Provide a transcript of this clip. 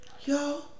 y'all